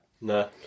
no